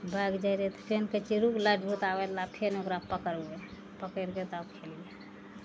भागि जाइ रहै तऽ फेर चिड़ूके लाइट भूताबै ला फेन ओकरा पकड़बै पकैड़ के तब खेलबै